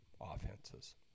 offenses